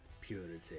purity